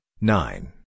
nine